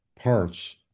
parts